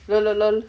lol lol lol